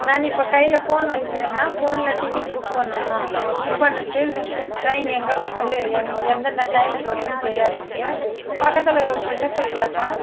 நான் இப்போ கையில் போன் வெச்சிங்கிறேன்னா போனில் டிக்கெட் புக் பண்ணணும் புக் பண்ணறது ட்ரெயின் எங்கே வருது எந்தெந்த டைமுக்கு வருதுன்னு தெரியாது எனக்கு பக்கத்தில் இருக்கவங்கிட்டே போய் கேட்பேன்